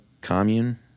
commune